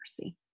mercy